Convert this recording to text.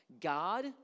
God